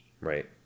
Right